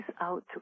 out